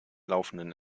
laufenden